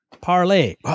parlay